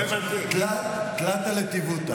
תלתא דתיובתא.